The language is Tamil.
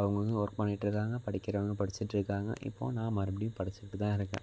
அவங்கவுங்க ஒர்க் பண்ணிக்கிட்டு இருக்காங்க படிக்கிறாங்க படிச்சுட்ருக்காங்க இப்போது நான் மறுபடியும் படிச்கிகிட்டு தான் இருக்கேன்